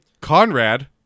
Conrad